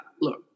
look